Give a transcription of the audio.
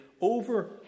over